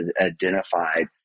identified